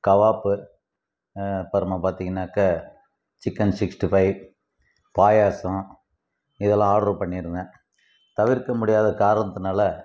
கவாப்பு அப்புறமா பார்த்திங்கன்னாக்கா chicken sixty five payasam இதெல்லாம் ஆர்ட்ரு பண்ணியிருந்தேன் தவிர்க்க முடியாத காரணத்தினால